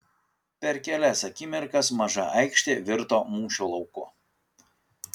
per kelias akimirkas maža aikštė virto mūšio lauku